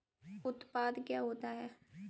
उत्पाद क्या होता है?